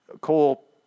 Cole